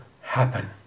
happen